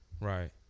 Right